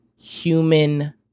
human